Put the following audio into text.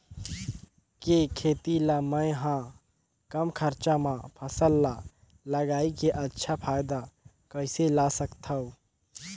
के खेती ला मै ह कम खरचा मा फसल ला लगई के अच्छा फायदा कइसे ला सकथव?